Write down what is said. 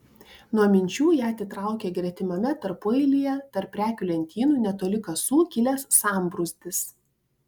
nuo minčių ją atitraukė gretimame tarpueilyje tarp prekių lentynų netoli kasų kilęs sambrūzdis